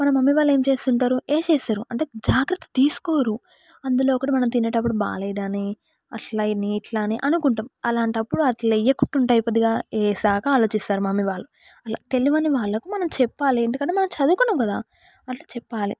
మన మమ్మీ వాళ్ళు ఏం చేస్తుంటారు వేస్తారు అంటే జాగ్రత్త తీసుకోరు అందులో ఒకటి మనం తినేటప్పుడు బాగలేదని అట్లా అని ఇట్లా అని అనుకుంటాం అలాంటప్పుడు అట్ల వేయకుంటే అయిపోద్దిగా వేశాక ఆలోచిస్తారు మమ్మీ వాళ్ళు అలా తెలియని వాళ్ళకు మనం చెప్పాలి ఎందుకంటే మనం చదువుకున్నాం కదా అట్లా చెప్పాలి